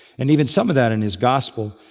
and even some of that in his gospel.